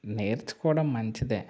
నేర్చుకోవడం మంచిదే